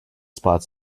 spot